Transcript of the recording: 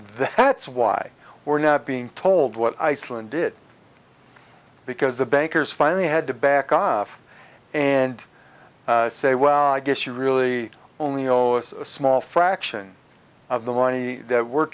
that's why we're not being told what iceland did because the bankers finally had to back off and say well i guess you really only owe us a small fraction of the money that we're